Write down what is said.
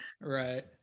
Right